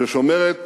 ששומרת